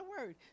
word